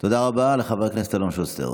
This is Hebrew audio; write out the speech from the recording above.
תודה רבה לחבר הכנסת אלון שוסטר.